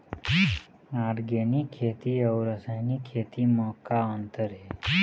Organic खेती अउ रासायनिक खेती म का अंतर हे?